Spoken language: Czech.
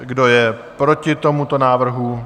Kdo je proti tomuto návrhu?